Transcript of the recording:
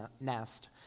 Nest